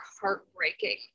heartbreaking